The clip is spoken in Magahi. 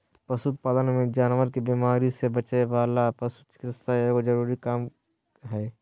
पशु पालन मे जानवर के बीमारी से बचावय ले पशु चिकित्सा एगो जरूरी काम हय